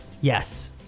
yes